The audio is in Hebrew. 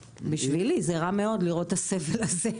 בשבילי זה רע מאוד לראות את הסבל הזה.